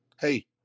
Hey